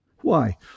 Why